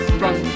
run